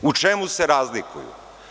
U čemu se razlikuju?